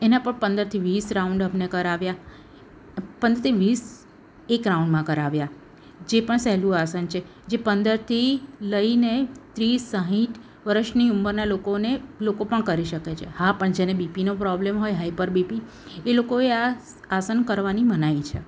એના પણ પંદરથી વીસ રાઉંડ અમને કરાવ્યા પણ તે વીસ એક રાઉંડમાં કરાવ્યા જે પણ સહેલું આસન છે જે પંદરથી લઈને ત્રીસ સાઠ વર્ષની ઉંમરનાં લોકોને લોકો પણ કરી શકે છે હા પણ જેને બીપીનો પ્રોબ્લેમ હોય હાઇપર બીપી એ લોકોએ આ આસન કરવાની મનાઈ છે